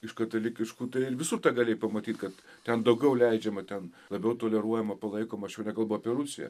iš katalikiškų tai visur tą galėjai pamatyt kad ten daugiau leidžiama ten labiau toleruojama palaikoma aš jau nekalbu apie rusiją